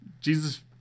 Jesus